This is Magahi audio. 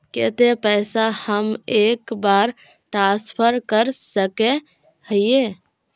केते पैसा हम एक बार ट्रांसफर कर सके हीये?